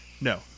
No